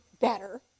better